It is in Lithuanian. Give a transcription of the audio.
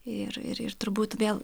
ir ir ir turbūt vėl